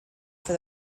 for